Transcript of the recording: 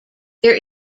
there